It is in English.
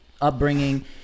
upbringing